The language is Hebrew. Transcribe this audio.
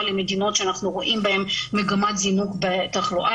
למדינות שאנחנו רואים בהן מגמת זינוק בתחלואה.